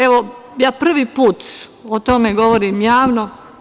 Evo, ja prvi put o tome govorim javno.